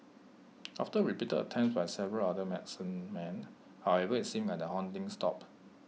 after repeated attempt by several other medicine men however IT seemed like the haunting stopped